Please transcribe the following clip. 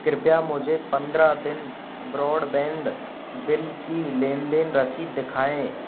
कृपया मुझे पन्द्रह दिन ब्रॉडबैंड बिल की लेन देन रसीद दखाएँ